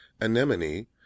anemone